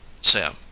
Sam